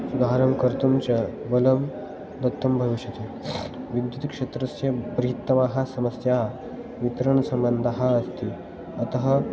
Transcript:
धारणं कर्तुं च बलं दत्तं भविष्यति विद्युत्क्षेत्रस्य विपरीतसमस्या वितरणसम्बन्धः अस्ति अतः